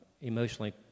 emotionally